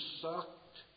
sucked